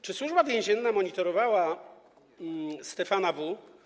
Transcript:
Czy Służba Więzienna monitorowała Stefana W.